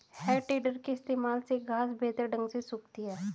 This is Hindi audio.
है टेडर के इस्तेमाल से घांस बेहतर ढंग से सूखती है